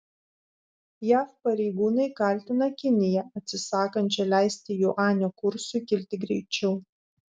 jav pareigūnai kaltina kiniją atsisakančią leisti juanio kursui kilti greičiau